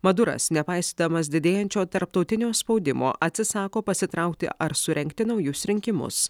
maduras nepaisydamas didėjančio tarptautinio spaudimo atsisako pasitraukti ar surengti naujus rinkimus